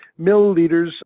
milliliters